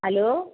hello